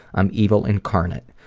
i'm evil incarnate.